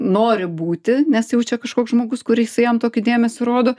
nori būti nes jau čia kažkoks žmogus kuris jam tokį dėmesį rodo